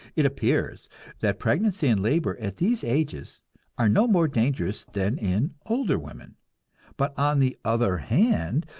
it appears that pregnancy and labor at these ages are no more dangerous than in older women but on the other hand,